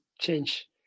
change